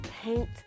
Paint